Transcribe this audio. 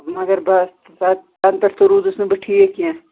مگر بَس تَنہٕ پٮ۪ٹھ تہِ روٗدُس نہٕ بہٕ ٹھیٖک کیٚنٛہہ